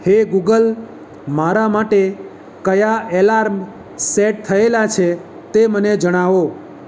હે ગૂગલ મારા માટે કયા એલાર્મ સેટ થયેલાં છે તે મને જણાવો